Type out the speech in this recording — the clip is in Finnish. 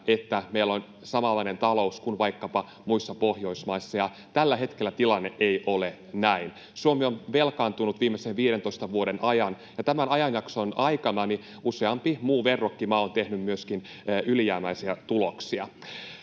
että meillä on samanlainen talous kuin vaikkapa muissa Pohjoismaissa. Tällä hetkellä tilanne ei ole näin. Suomi on velkaantunut viimeisen 15 vuoden ajan, ja tämän ajanjakson aikana useampi muu verrokkimaa on tehnyt myöskin ylijäämäisiä tuloksia.